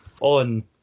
on